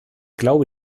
glaube